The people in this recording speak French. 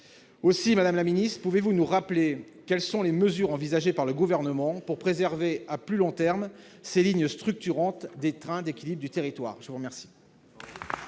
Madame la ministre, pouvez-vous nous rappeler quelles sont les mesures envisagées par le Gouvernement pour préserver, à plus long terme, ces lignes structurantes des trains d'équilibre du territoire ? La parole